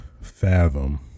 fathom